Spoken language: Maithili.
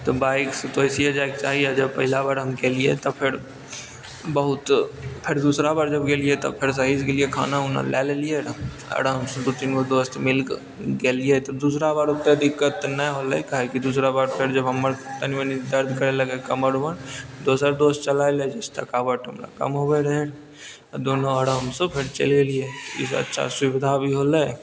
तऽ बाइक से जब पहिला बार हम गेलियै तऽ फेर बहुत फेर दूसरा बार जब गेलियै तऽ फेर सहीसँ गेलियै खाना ओना लए लेलियै रहऽ आरामसँ दू तीन गो दोस्त मिल कऽ गेलियै तऽ दूसरा बार ओतेक दिक्कत नहि होलय काहे कि दूसरा बार फेर जब हमर तनी मनी दर्द करे लगै कमर ओमर दोसर दोस चलाए लै जइ से थकावट हमरा कम होवै रहै आ दुनू आरामसँ फेर चलि गेलियै अच्छा सुबिधा भी होलै